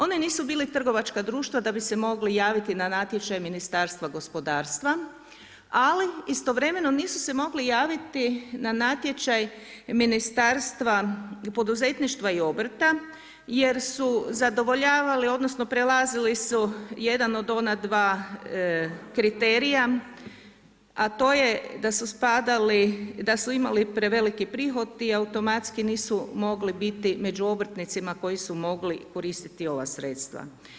Oni nisu bili trgovačka društva da bi se mogli javiti na natječaj Ministarstva gospodarstva ali istovremeno nisu se mogli javiti na natječaj poduzetništva i obrta jer su zadovoljavali odnosno prelazili su jedan od ona dva kriterija a to je da su spadali, da su imali preveliki prihod i automatski nisu mogli biti među obrtnicima koji su mogli koristiti ova sredstva.